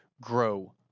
grow